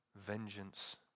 vengeance